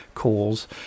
calls